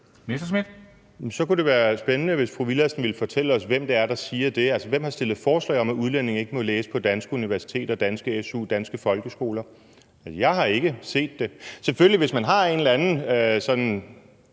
Så kunne det være spændende, hvis fru Mai Villadsen ville fortælle os, hvem det er, der siger det. Altså, hvem har stillet forslag om, at udlændinge ikke må læse på danske universiteter og få dansk su og gå i danske folkeskoler? Jeg har ikke set det. Hvis nogen har en eller anden idé